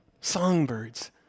Songbirds